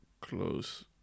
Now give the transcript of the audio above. close